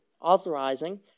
authorizing